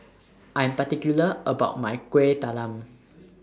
I Am particular about My Kuih Talam